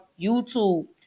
YouTube